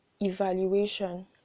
evaluation